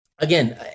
Again